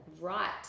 right